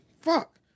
fuck